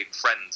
friends